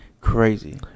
crazy